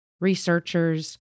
researchers